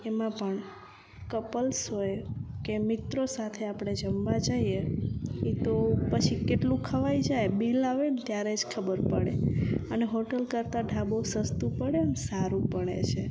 એમાં પણ કપલ્સ હોય કે મિત્રો સાથે આપણે જમવા જઈએ એ તો પછી કેટલું ખવાઈ જાય બિલ આવે ન ત્યારે જ ખબર પડે અને હોટલ કરતાં ઢાબો સસ્તું પડે અને સારું પડે છે